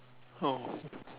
oh